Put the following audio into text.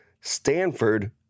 Stanford